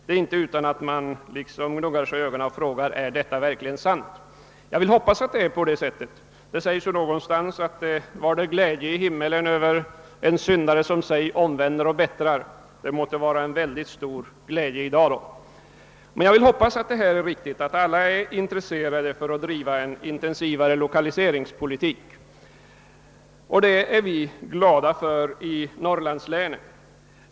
Det är inte utan att man gnuggar sig i ögonen och frågar sig, om det verkligen kan vara sant att en sådan förändring skett. Jag vill hoppas att det är på detta sätt. Det heter ju att det varder glädje i himmelen över den syndare som sig omvänder och bättrar. Det måtte då vara mycket stor glädje däruppe i dag. Jag vill hoppas att det är riktigt att alla nu är intresserade av att bedriva en intensivare lokaliseringspolitik. Det är vi i så fall glada över i norrlandslänen.